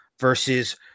versus